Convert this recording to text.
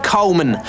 Coleman